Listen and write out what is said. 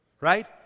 right